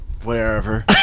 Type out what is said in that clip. wherever